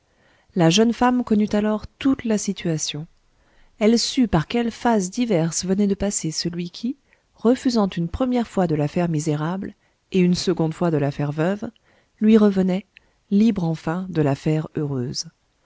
la jeune femme connut alors toute la situation elle sut par quelles phases diverses venait de passer celui qui refusant une première fois de la faire misérable et une seconde fois de la faire veuve lui revenait libre enfin de la faire heureuse